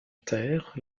terre